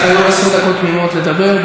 לך היו עשר דקות תמימות לדבר.